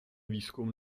výzkum